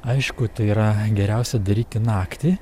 aišku tai yra geriausia daryti naktį